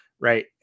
right